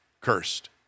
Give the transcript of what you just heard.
cursed